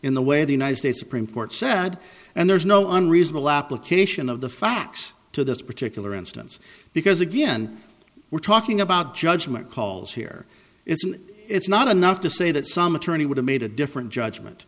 in the way the united states supreme court said and there's no unreasonable application of the facts to this particular instance because again we're talking about judgment calls here it's an it's not enough to say that some attorney would have made a different judgment